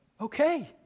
Okay